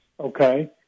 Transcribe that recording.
Okay